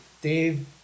Dave